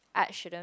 art shouldn't